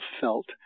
felt